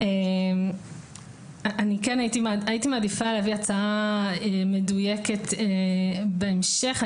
הייתי מעדיפה להביא הצעה מדויקת בהמשך.